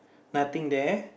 nothing there